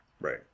right